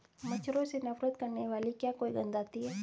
मच्छरों से नफरत करने वाली क्या कोई गंध आती है?